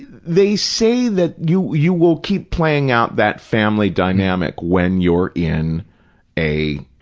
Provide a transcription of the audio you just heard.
they say that you you will keep playing out that family dynamic when you're in a,